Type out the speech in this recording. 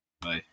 Bye